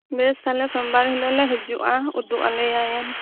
ᱵᱮᱥ ᱛᱟᱦᱞᱮ ᱥᱚᱢᱵᱟᱨ ᱦᱤᱞᱳᱜ ᱞᱮ ᱦᱤᱡᱩᱜᱼᱟ ᱩᱫᱩᱜ ᱟᱞᱮᱭᱟᱭᱮᱢ